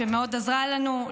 שמאוד עזרה לנו,